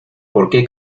porqué